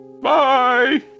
Bye